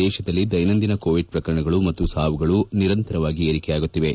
ದೇಶದಲ್ಲಿ ದೈನಂದಿನ ಕೋವಿಡ್ ಪ್ರಕರಣಗಳು ಮತ್ತು ಸಾವುಗಳು ನಿರಂತರವಾಗಿ ಏರಿಕೆಯಾಗುತ್ತಿವೆ